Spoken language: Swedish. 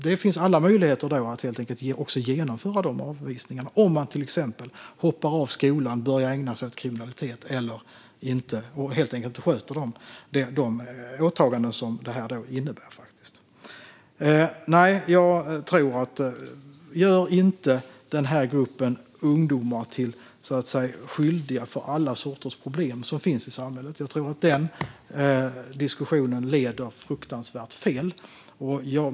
Det finns alla möjligheter att genomföra avvisningar om man till exempel hoppar av skolan och börjar ägna sig åt kriminalitet eller helt enkelt inte sköter de åtaganden som detta innebär. Ge inte den här gruppen ungdomar skulden för alla sorts problem som finns i samhället! Jag tror att den diskussionen leder fruktansvärt fel.